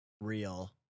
real